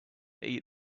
eat